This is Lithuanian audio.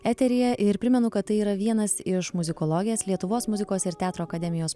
eteryje ir primenu kad tai yra vienas iš muzikologės lietuvos muzikos ir teatro akademijos